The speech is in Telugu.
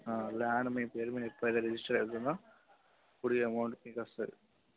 ల్యాండు మీ పేరు మీద ఎప్పుడైతే రిజిస్టర్ అవుతుందో అప్పుడు ఈ అమౌంట్ మీకు వస్తుంది